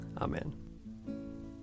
Amen